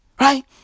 Right